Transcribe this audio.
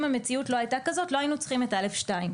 אם המציאות לא הייתה כזאת לא היינו צריכים את (א2).